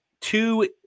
two